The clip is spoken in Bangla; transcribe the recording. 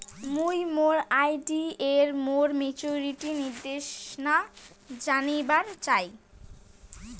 মুই মোর আর.ডি এর মোর মেচুরিটির নির্দেশনা জানিবার চাই